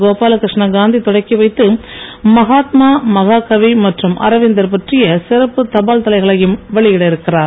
கோபாலகிருஷ்ண காந்தி தொடக்கி வைத்து மகாத்மா மகாகவி மற்றும் அரவிந்தர் பற்றிய சிறப்பு தபால் தலைகளையும் வெளியிடவிருக்கிறார்